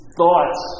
thoughts